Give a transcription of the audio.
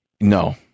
No